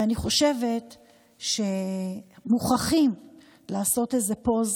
ואני חושבת שמוכרחים לעשות איזה pause,